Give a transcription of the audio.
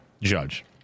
judge